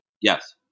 Yes